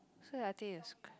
so that I think it's